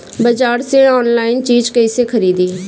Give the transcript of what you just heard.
बाजार से आनलाइन चीज कैसे खरीदी?